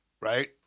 right